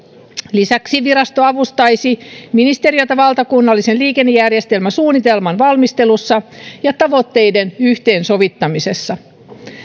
lisäksi virasto avustaisi ministeriötä valtakunnallisen liikennejärjestelmän suunnitelman valmistelussa ja tavoitteiden yhteensovittamisessa